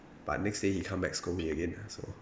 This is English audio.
but next day he come back scold me again lah so